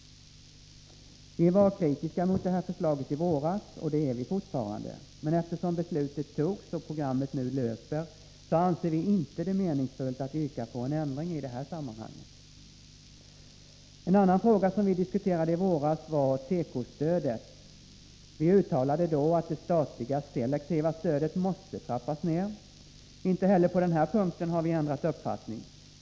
Vi var kritiska mot det här förslaget i våras, och det är vi fortfarande. Men eftersom beslutet fattades och programmet nu löper så anser vi det inte meningsfullt att yrka på en ändring i det här sammanhanget. En annan fråga som vi diskuterade i våras var tekostödet. Vi uttalade då att detsstatliga selektiva stödet måste trappas ned. Inte heller på den här punkten har vi ändrat uppfattning.